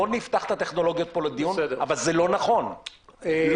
לא נפתח את זה לדיון, אבל זה לא נכון להציג